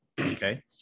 Okay